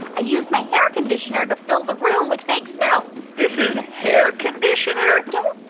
i used my hair conditioner to fill the room with fake snow this is and hair conditioner? don't